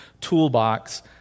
toolbox